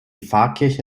pfarrkirche